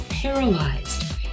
paralyzed